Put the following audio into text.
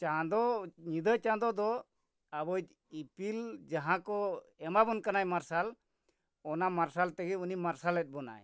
ᱪᱟᱸᱫᱚ ᱧᱤᱫᱟᱹ ᱪᱟᱸᱫᱚ ᱫᱚ ᱟᱵᱚᱭ ᱤᱯᱤᱞ ᱡᱟᱦᱟᱸ ᱠᱚ ᱮᱢᱟᱵᱚᱱ ᱠᱟᱱᱟᱭ ᱢᱟᱨᱥᱟᱞ ᱚᱱᱟ ᱢᱟᱨᱥᱟᱞ ᱛᱮᱜᱮ ᱩᱱᱤ ᱢᱟᱨᱥᱟᱞᱮᱫ ᱵᱚᱱᱟᱭ